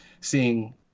Seeing